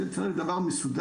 זה צריך להיות דבר מסודר.